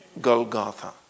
Golgotha